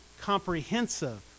comprehensive